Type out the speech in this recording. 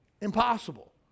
Impossible